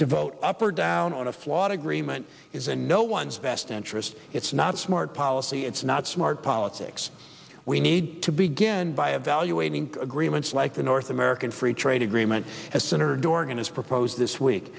to vote up or down on a flawed agreement is in no one's best interest it's not smart policy it's not smart politics we need to begin by evaluating agreements like the north american free trade agreement as senator dorgan has proposed this week